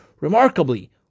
remarkably